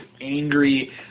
angry